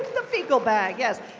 the fecal bag, yes.